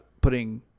putting